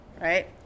right